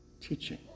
Teaching